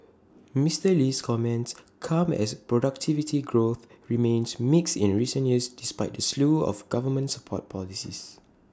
Mister Lee's comments come as productivity growth remains mixed in recent years despite the slew of government support policies